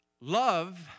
Love